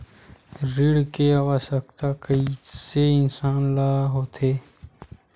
ऋण के आवश्कता कइसे इंसान ला होथे?